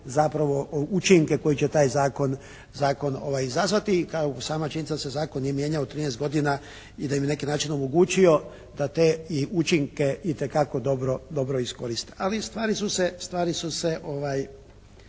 zapravo učinke koji će taj zakon izazvati kao i sama činjenica da se zakon nije mijenjao 13 godina i da im je na neki način omogućio da te učinke itekako dobro iskoriste. Ali stvari su se